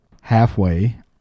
halfway